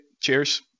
Cheers